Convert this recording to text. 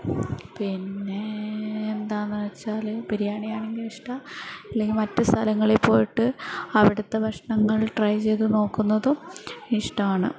പിന്നെ എന്താണെന്നുവച്ചാൽ ബിരിയാണി ആണെങ്കിലും ഇഷ്ടമാ അല്ലെങ്കിൽ മറ്റു സ്ഥലങ്ങളിൽ പോയിട്ട് അവിടുത്തെ ഭക്ഷണങ്ങൾ ട്രൈ ചെയ്തു നോക്കുന്നതും ഇഷ്ടമാണ്